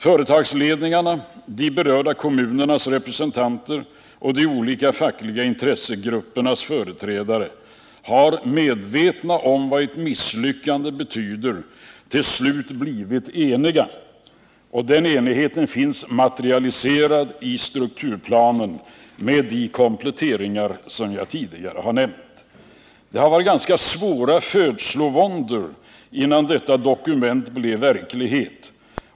Företagsledningarna, de berörda kommunernas representanter och de olika fackliga intressegruppernas företrädare har, medvetna om vad ett misslyckande betyder, till slut blivit eniga. Och den enigheten finns materialiserad i strukturplanen med de kompletteringar som jag tidigare nämnt. Det har varit ganska svåra födslovåndor innan detta dokument blev verklighet.